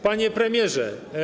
Panie Premierze!